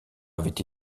avaient